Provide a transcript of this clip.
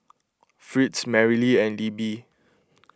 Fritz Merrily and Libby